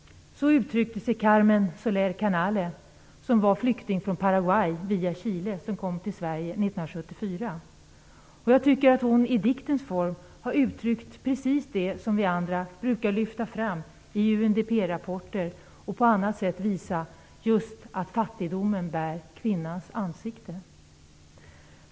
Så uttryckte sig Carmen Soler Canale, en flykting från Paraguay som via Chile kom till Sverige 1974. Jag tycker att hon i diktens form har uttryckt precis det som vi andra brukar lyfta fram i UNDP-rapporter och annat för att visa just att fattigdomen bär kvinnans ansikte.